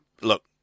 Look